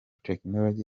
technology